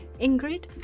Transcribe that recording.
Ingrid